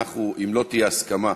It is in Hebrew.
אם לא תהיה הסכמה,